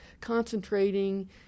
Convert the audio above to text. concentrating